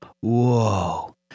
whoa